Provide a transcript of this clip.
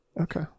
okay